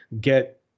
get